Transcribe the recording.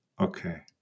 okay